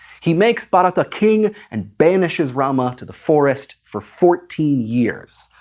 he makes bharata king, and banishes rama to the forest, for fourteen years.